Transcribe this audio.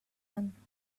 one